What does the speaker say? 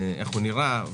איך הוא נראה,